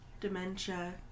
dementia